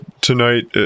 tonight